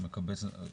שמקבץ נדבות.